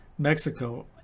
Mexico